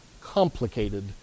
complicated